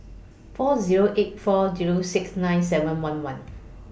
four Zero eight four Zero six nine seven one one